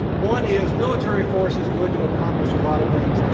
one is military force is good to accomplish a lot of things.